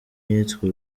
iyitwa